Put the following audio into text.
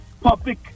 public